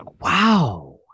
Wow